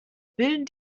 bilden